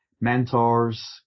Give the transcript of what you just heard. mentors